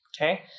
Okay